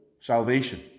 salvation